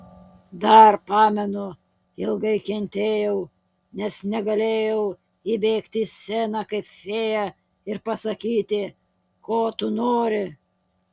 dar pamenu ilgai kentėjau nes negalėjau įbėgti į sceną kaip fėja ir pasakyti ko tu nori